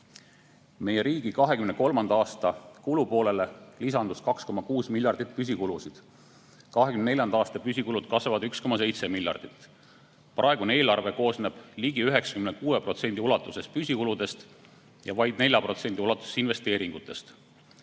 riigi 2023. aasta kulupoolele lisandus 2,6 miljardit püsikulusid, 2024. aasta püsikulud kasvavad 1,7 miljardit. Praegune eelarve koosneb ligi 96% ulatuses püsikuludest ja vaid 4% ulatuses investeeringutest.